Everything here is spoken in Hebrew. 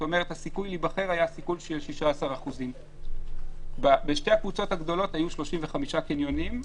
לשתי הקבוצות הגדולות היו 35 קניונים,